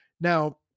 Now